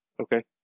Okay